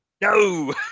No